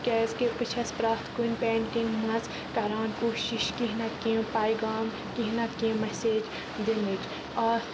کیٛازِ کہِ بہٕ چھَس پرٛتھ کُنہِ پیٹِنٛگ منٛز کران کوٗشِش کیٚنٛہہ نَتہٕ کیٚنٛہہ پَغام کیٚنٛہہ نتہٕ کیٚنہہ میسیج دنٕچ آ